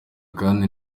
kandi